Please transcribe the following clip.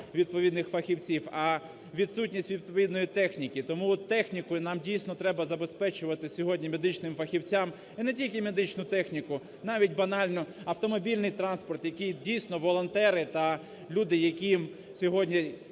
відповідних фахівців, а відсутність відповідної техніки тому технікою нам, дійсно, треба забезпечувати сьогодні медичним фахівцям і не тільки медичну техніку, навіть банально автомобільний транспорт, який, дійсно, волонтери та люди, які сьогодні